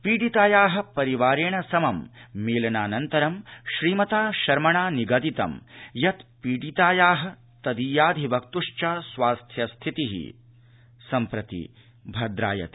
पीडितायाः परिवारेण समं मेलनानन्तरं श्रीमता शर्मणा निगदितं यत् पीडितायाः तदीयाधिक्तश्व स्वास्थ्यस्थितिः भद्रायते